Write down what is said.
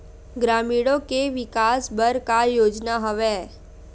ग्रामीणों के विकास बर का योजना हवय?